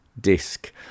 disk